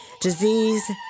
disease